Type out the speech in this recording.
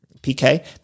PK